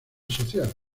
social